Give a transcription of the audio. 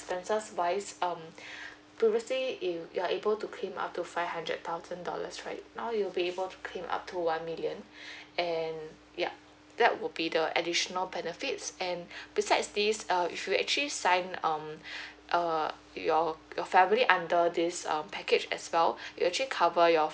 expenses wise um previously you you are able to claim up to five hundred thousand dollars right now you'll be able to claim up to one million and yup that will be the additional benefits and besides this uh if you actually sign um err your your family under this um package as well you actually cover your